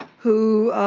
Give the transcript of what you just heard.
who